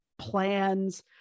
plans